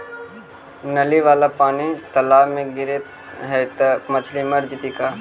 नली वाला पानी तालाव मे गिरे है त मछली मर जितै का?